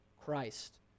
Christ